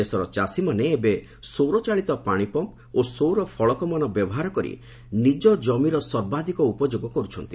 ଦେଶର ଚାଷୀମାନେ ଏବେ ସୌରଚାଳିତ ପାଣିପମ୍ପ ଓ ସୌର ଫଳକମାନ ବ୍ୟବହାର କରି ନିକ ଜମିର ସର୍ବାଧିକ ଉପଯୋଗ କରୁଛନ୍ତି